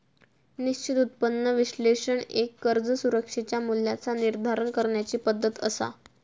निश्चित उत्पन्न विश्लेषण एक कर्ज सुरक्षेच्या मूल्याचा निर्धारण करण्याची पद्धती असा